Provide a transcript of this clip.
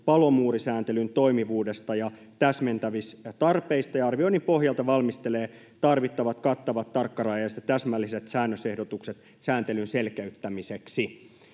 palomuurisääntelyn toimivuudesta ja täsmentämistarpeista ja arvioinnin pohjalta valmistelee tarvittavat, kattavat, tarkkarajaiset ja täsmälliset säännösehdotukset sääntelyn selkeyttämiseksi.